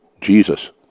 Jesus